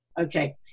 Okay